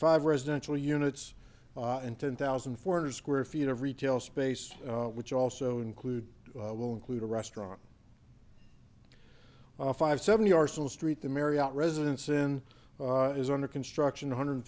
five residential units and ten thousand four hundred square feet of retail space which also include will include a restaurant a five seventy arsenal street the marriott residence inn is under construction hundred